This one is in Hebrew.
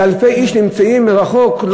ואלפי איש נמצאים מרחוק,